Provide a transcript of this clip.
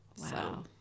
Wow